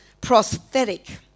prosthetic